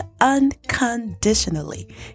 unconditionally